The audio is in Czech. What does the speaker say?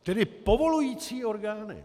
Tedy povolující orgány.